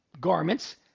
garments